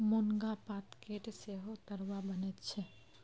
मुनगा पातकेर सेहो तरुआ बनैत छै